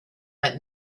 that